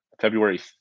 February